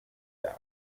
the